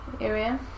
area